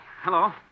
Hello